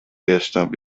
اسلامی